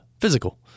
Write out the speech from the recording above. physical